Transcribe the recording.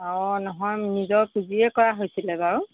অঁ নহয় নিজৰ পুঁজিয়েই কৰা হৈছিলে বাৰু